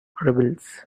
rebels